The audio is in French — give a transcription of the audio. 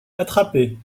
attrapée